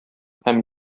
һәм